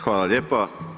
Hvala lijepa.